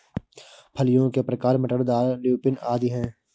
फलियों के प्रकार मटर, दाल, ल्यूपिन आदि हैं